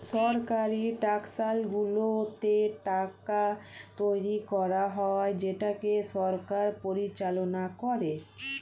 সরকারি টাকশালগুলোতে টাকা তৈরী করা হয় যেটাকে সরকার পরিচালনা করে